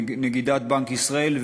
נגידת בנק ישראל,